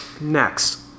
Next